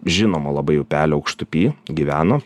žinomo labai upelio aukštupy gyveno